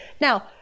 now